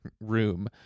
room